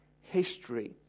history